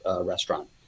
restaurant